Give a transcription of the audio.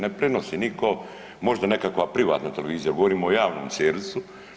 Ne prenosi nitko, možda nekakva privatna televizija, govorimo o javnom servisu.